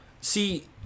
See